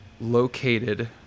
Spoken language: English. located